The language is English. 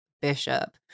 Bishop